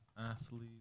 athlete